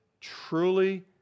truly